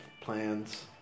plans